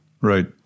Right